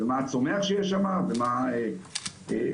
יהיה גורם אחד שאנחנו נעבוד מולו, שהוא